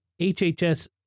HHS